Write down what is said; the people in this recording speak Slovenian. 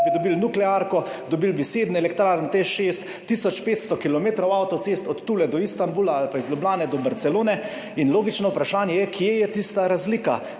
bi dobili nuklearko, dobili bi 7 elektrarne TEŠ 6, tisoč 500 km avtocest od tule do Istanbula ali pa iz Ljubljane do Barcelone. In logično vprašanje je, kje je tista razlika?